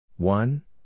One